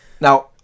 now